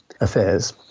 affairs